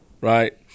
right